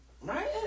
Right